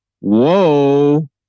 Whoa